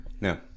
No